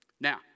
Now